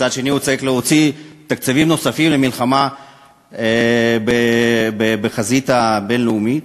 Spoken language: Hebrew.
מצד שני הוא צריך להוציא תקציבים נוספים למלחמה בחזית הבין-לאומית.